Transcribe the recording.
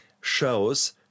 shows